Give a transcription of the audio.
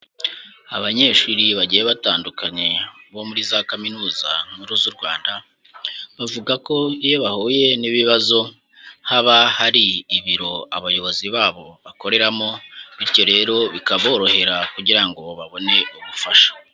Abanyeshuri bagiye batandukanye bo muri za kaminuza nkuru z'urwanda, bavuga ko iyo bahuye n'ibibazo haba hari ibiro abayobozi babo bakoreramo, bityo rero bikaborohera kugira ngo babone ubufasha.